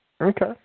okay